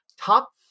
top